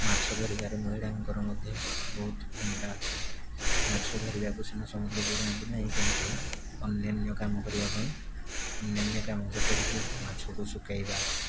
ମାଛ ଧରିବାରେ ମହିଳାଙ୍କର ମଧ୍ୟ ବହୁତ ଭୂମିକା ଅଛି ମାଛ ଧରିବାକୁ ସିନା ସମୁଦ୍ରକୁ ଯାଆନ୍ତି ନାହିଁ କିନ୍ତୁ ଅନ୍ୟାନ୍ୟ କାମ କରିବା ପାଇଁ ଅନ୍ୟାନ୍ୟ କାମ ଯେପରିକି ମାଛକୁ ଶୁଖେଇବା